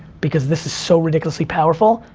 because this is so ridiculously powerful.